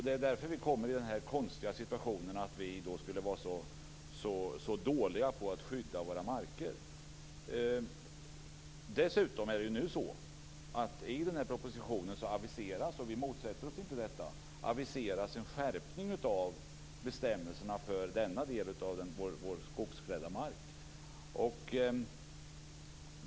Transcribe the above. Det är därför som vi hamnar i den konstiga situationen att vi skulle vara så dåliga på att skydda våra marker. Dessutom är det så att i den här propositionen aviseras, vilket vi inte motsätter oss, en skärpning av bestämmelserna för denna del av vår skogsklädda mark.